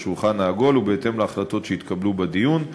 השולחן העגול ובהתאם להחלטות שיתקבלו בדיון.